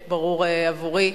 ברור, עבורי.